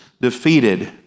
defeated